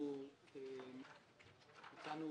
אנחנו הצענו